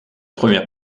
première